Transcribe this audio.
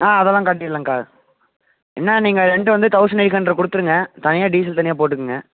ஆ அதெல்லாம் காட்டிடலாம்க்கா என்ன நீங்கள் ரெண்ட்டு வந்து தௌசண்ட் எயிட் ஹண்ட்ரட் கொடுத்துருங்க தனியா் டீசல் தனியாக போட்டுக்கோங்க